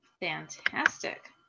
Fantastic